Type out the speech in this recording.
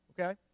okay